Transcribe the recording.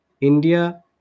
India